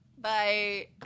Bye